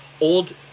old